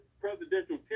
presidential